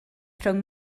rhwng